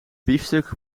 biefstuk